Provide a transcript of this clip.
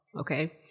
Okay